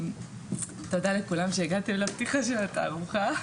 תודה לכולם שהגעתם לפתיחה של התערוכה.